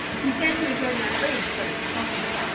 he said he was rather afraid of such diplomacy.